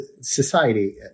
society